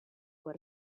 what